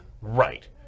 Right